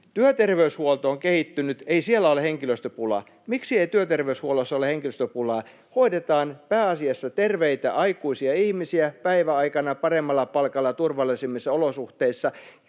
Työterveyshuolto on kehittynyt, ei siellä ole henkilöstöpulaa. Miksi ei työterveyshuollossa ole henkilöstöpulaa? Hoidetaan pääasiassa terveitä aikuisia ihmisiä päiväaikaan paremmalla palkalla ja turvallisemmissa olosuhteissa.